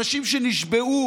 אנשים שנשבעו